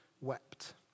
wept